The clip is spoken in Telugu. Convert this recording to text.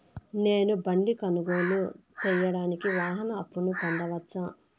నేను బండి కొనుగోలు సేయడానికి వాహన అప్పును పొందవచ్చా?